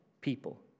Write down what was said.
people